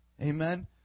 Amen